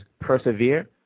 Persevere